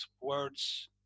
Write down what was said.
words